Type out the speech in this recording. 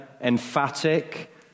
emphatic